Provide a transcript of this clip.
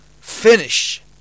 finish